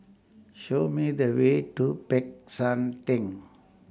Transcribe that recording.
Show Me The Way to Peck San Theng